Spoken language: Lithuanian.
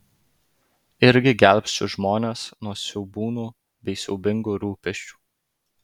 irgi gelbsčiu žmones nuo siaubūnų bei siaubingų rūpesčių